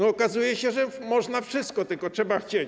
Okazuje się, że można wszystko, tylko trzeba chcieć.